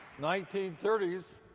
nineteen thirty s,